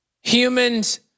Humans